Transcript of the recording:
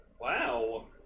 Wow